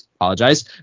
apologize